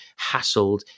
hassled